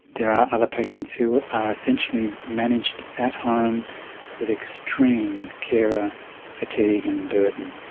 there are other patients who are essentially managed at home with extreme carer fatigue and burden.